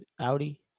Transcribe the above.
audi